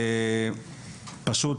פשוט,